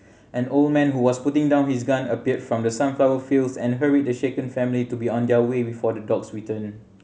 an old man who was putting down his gun appeared from the sunflower fields and hurried the shaken family to be on their way before the dogs return